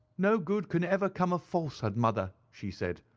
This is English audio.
no good can ever come of falsehood, mother she said.